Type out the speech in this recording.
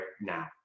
now